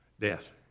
Death